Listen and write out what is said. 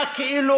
אתה כאילו